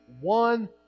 one